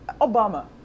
obama